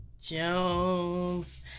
Jones